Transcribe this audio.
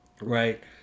right